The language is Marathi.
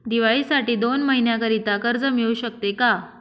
दिवाळीसाठी दोन महिन्याकरिता कर्ज मिळू शकते का?